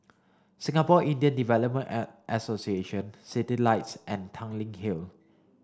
Singapore Indian Development Association Citylights and Tanglin Hill